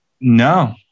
no